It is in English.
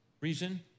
reason